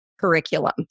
curriculum